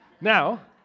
Now